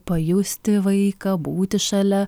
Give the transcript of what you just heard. pajusti vaiką būti šalia